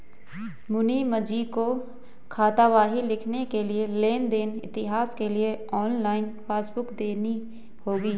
मुनीमजी को खातावाही लिखने के लिए लेन देन इतिहास के लिए ऑनलाइन पासबुक देखनी होगी